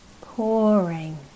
pouring